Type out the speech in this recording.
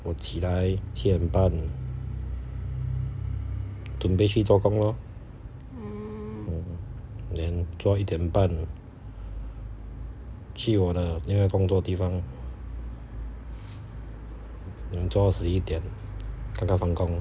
我起来七点半准备去做工 lor mm then 做到一点半去我的另外一个工作地方 then 做到十一点刚刚放工